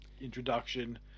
introduction